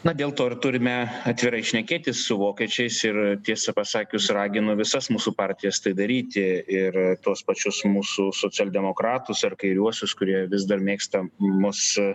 na dėl to ir turime atvirai šnekėti su vokiečiais ir tiesą pasakius raginu visas mūsų partijas tai daryti ir tuos pačius mūsų socialdemokratus ar kairiuosius kurie vis dar mėgsta mus